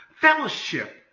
fellowship